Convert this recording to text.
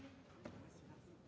Merci,